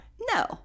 No